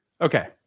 Okay